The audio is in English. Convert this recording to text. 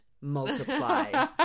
multiply